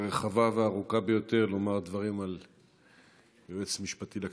הרחבה והארוכה ביותר לומר דברים על היועץ המשפטי לכנסת.